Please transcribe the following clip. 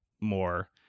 more